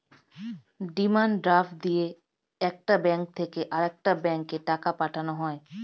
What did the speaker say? demand draft দিয়ে একটা bank থেকে আরেকটা ব্যাঙ্কে টাকা পাঠানো হয়